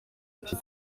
cye